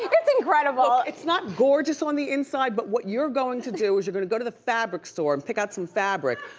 it's incredible. it's not gorgeous on the inside, but what you're going to do is you're gonna go to the fabric store and pick out some fabric,